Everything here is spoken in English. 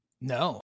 No